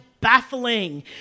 baffling